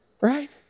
right